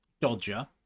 dodger